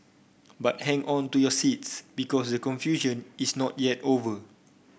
but hang on to your seats because the confusion is not yet over